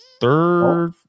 Third